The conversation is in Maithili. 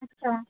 अच्छा